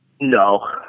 No